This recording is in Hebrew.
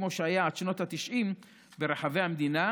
כמו שהיה עד שנות התשעים ברחבי המדינה,